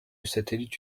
satellite